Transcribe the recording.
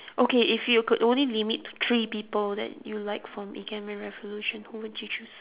okay if you could only limit to three people that you like from ikemen-revolution who would you choose